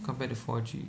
compared to four G